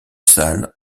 salles